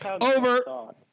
Over